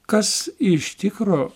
kas iš tikro